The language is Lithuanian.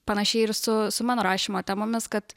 panašiai ir su su mano rašymo temomis kad